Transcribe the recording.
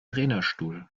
trainerstuhl